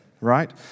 right